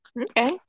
Okay